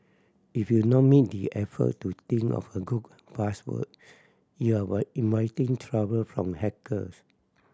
if you not make the effort to think of a good password you are inviting trouble from hackers